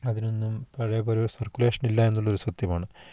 അതിനൊന്നും പഴയ പോലൊരു സർക്കുലേഷനില്ലാ എന്നുള്ളത് ഒരു സത്യമാണ്